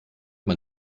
man